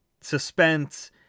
suspense